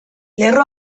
lerro